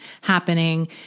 happening